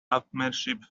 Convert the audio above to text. upmanship